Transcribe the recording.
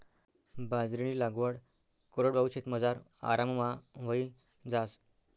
बाजरीनी लागवड कोरडवाहू शेतमझार आराममा व्हयी जास